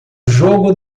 jogo